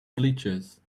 bleachers